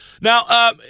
Now